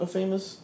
famous